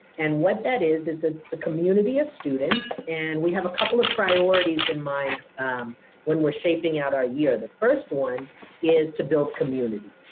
and what that is is it's a community of students, and we have a couple of priorities in mind when we're shaping out our year. the first one is to build community.